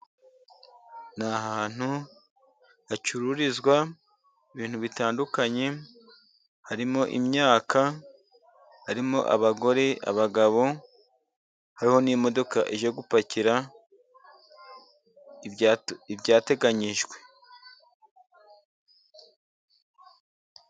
N' ahantu hacururizwa ibintu bitandukanye harimo, imyaka harimo, abagore, abagabo hariho n' imodoka ije gupakira ibyateganyijwe.